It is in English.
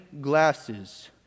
glasses